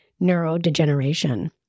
neurodegeneration